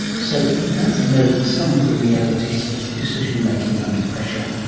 so he does know some of the realities of decision-making under pressure.